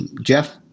Jeff